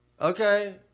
Okay